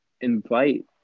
invite